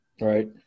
Right